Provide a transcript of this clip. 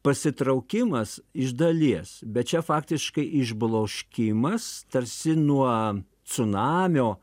pasitraukimas iš dalies bet čia faktiškai išbloškimas tarsi nuo cunamio